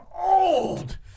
old